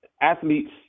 athletes